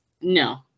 No